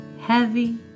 heavy